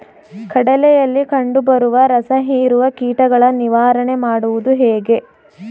ಕಡಲೆಯಲ್ಲಿ ಕಂಡುಬರುವ ರಸಹೀರುವ ಕೀಟಗಳ ನಿವಾರಣೆ ಮಾಡುವುದು ಹೇಗೆ?